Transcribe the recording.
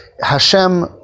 Hashem